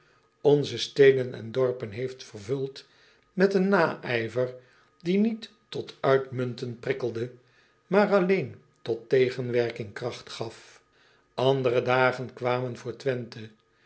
onze steden en dorpen heeft vervuld met een naijver die niet tot uitmunten prikkelde maar alleen tot tegenwerking kracht gaf ndere dagen kwamen voor wenthe